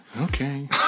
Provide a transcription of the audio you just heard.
Okay